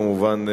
כמובן,